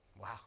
Wow